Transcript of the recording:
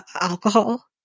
alcohol